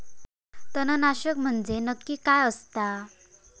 तणनाशक म्हंजे नक्की काय असता?